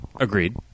Agreed